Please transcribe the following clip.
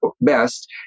best